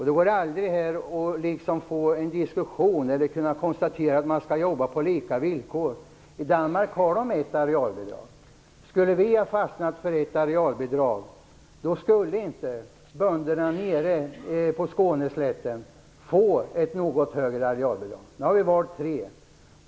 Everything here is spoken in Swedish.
Det går inte att tro att man skall kunna jobba på lika villkor. I Danmark har de ett arealbidrag. Om vi skulle ha fastnat för ett arealbidrag skulle bönderna på Skåneslätten inte få ett något högre arealbidrag. Nu har vi valt tre.